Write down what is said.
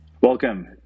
Welcome